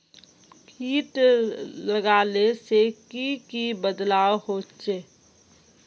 किट लगाले से की की बदलाव होचए?